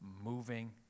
moving